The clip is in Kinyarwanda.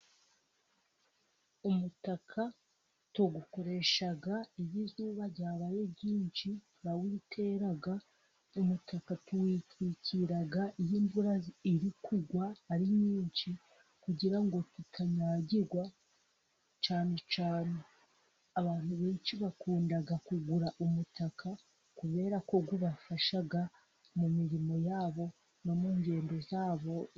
Umutaka tuwukoresha iyo izuba ryabaye ryinshi turawitera, umutaka tuwitwikira iyo imvura iri kugwa ari nyinshi kugira ngo tukanyayagirwa, cyane cyane abantu benshi bakunda kugura umutaka kubera ko ubafasha mu mirimo yabo no mu ngendo zabo.